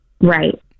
Right